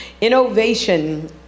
Innovation